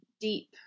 deep